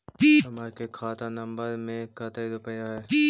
हमार के खाता नंबर में कते रूपैया है?